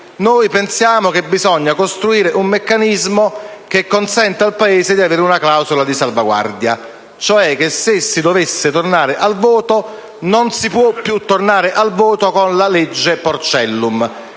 Noi pensiamo che occorra costruire un meccanismo che consenta al Paese di avere una clausola di salvaguardia: se si dovesse tornare al voto non si può più farlo con la legge "porcellum".